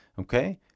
Okay